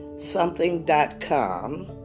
something.com